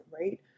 right